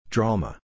Drama